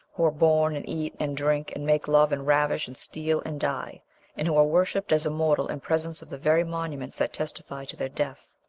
who are born and eat and drink and make love and ravish and steal and die and who are worshipped as immortal in presence of the very monuments that testify to their death.